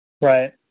Right